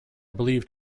believed